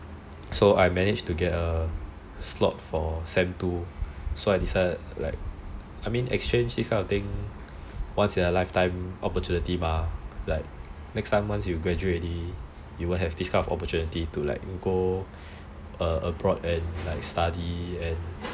so I managed to get a slot for sem two so I decided I mean exchange this kind of thing once in a lifetime opportunity mah like next time once you graduate already you won't have this kind of opportunity to like go abroad and like study